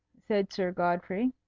said sir godfrey.